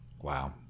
Wow